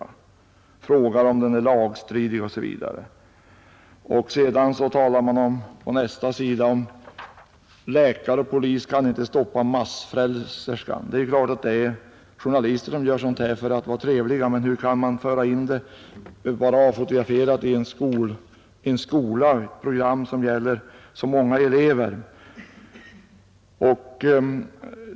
Man frågar om verksamheten är lagstridig osv. På nästa sida talar man om att ”Läkare och polis kan inte stoppa mass-frälserskan”. Det är klart att journalisterna gör sådant här för att vara trevliga, men hur kan det vara avfotograferat i ett program som gäller så många elever?